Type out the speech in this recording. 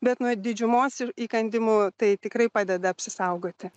bet nuo didžiumos ir įkandimų tai tikrai padeda apsisaugoti